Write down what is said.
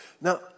Now